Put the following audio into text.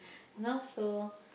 know so